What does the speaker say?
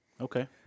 Okay